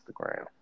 Instagram